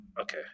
Okay